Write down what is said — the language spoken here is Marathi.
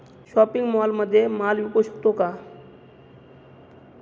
शॉपिंग मॉलमध्ये माल विकू शकतो का?